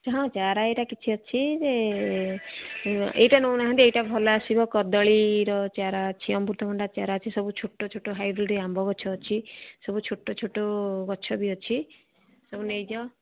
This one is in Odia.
ହଁ ଚାରା ଏଇଟା କିଛି ଅଛି ଯେ ଏଇଟା ନେଉନାହାନ୍ତି ଏଇଟା ଭଲ ଆସିବ କଦଳୀର ଚାରା ଅଛି ଅମୃତଭଣ୍ଡା ଚାରା ଅଛି ସବୁ ଛୋଟ ଛୋଟ ହାଇବ୍ରିଡ଼୍ ଆମ୍ବ ଗଛ ଅଛି ସବୁ ଛୋଟ ଛୋଟ ଗଛ ବି ଅଛି ସବୁ ନେଇଯଅ